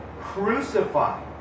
crucified